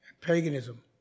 paganism